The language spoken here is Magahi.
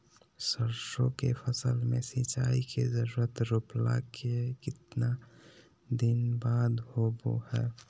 सरसों के फसल में सिंचाई के जरूरत रोपला के कितना दिन बाद होबो हय?